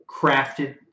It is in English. crafted